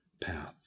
path